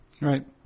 Right